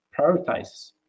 prioritize